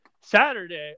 Saturday